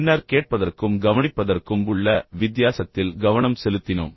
பின்னர் கேட்பதற்கும் கவனிப்பதற்கும் உள்ள வித்தியாசத்தில் கவனம் செலுத்தினோம்